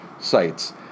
sites